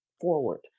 forward